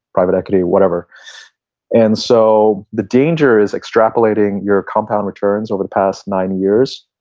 private equity, whatever and so the danger is extrapolating your compound returns over the past nine years,